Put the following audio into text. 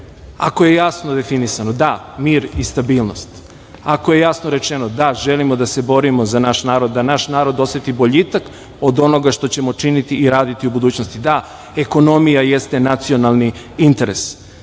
ako je jasno definisano - da, mir i stabilnost, ako je jasno rečeno - da, želimo da se borimo za naš narod, da naš narod oseti boljitak od onoga što ćemo činiti i raditi u budućnosti? Da, ekonomija jeste nacionalni interes.